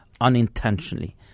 unintentionally